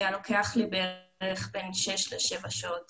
היה לוקח לי בערך בין 6-7 שעות